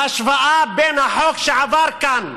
ההשוואה בין החוק שעבר כאן